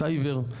סייבר,